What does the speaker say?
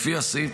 לפי הסעיף,